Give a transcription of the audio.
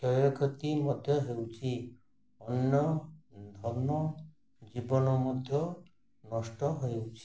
କ୍ଷୟକ୍ଷତି ମଧ୍ୟ ହେଉଛି ଅନ୍ୟ ଧନଜୀବନ ମଧ୍ୟ ନଷ୍ଟ ହେଉଛି